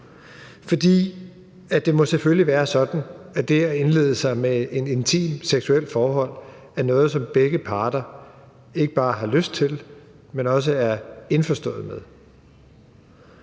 fordi det selvfølgelig må være sådan, at det at indlede sig i et intimt seksuelt forhold er noget, som begge parter ikke bare har lyst til, men også er indforstået med.